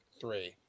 Three